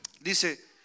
Dice